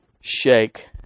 shake